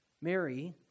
Mary